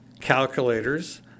calculators